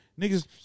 niggas